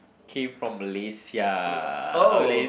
came from Malaysia